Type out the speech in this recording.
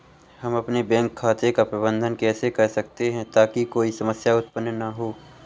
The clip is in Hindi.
हम अपने बैंक खाते का प्रबंधन कैसे कर सकते हैं ताकि कोई समस्या उत्पन्न न हो?